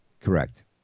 Correct